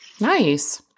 Nice